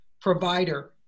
provider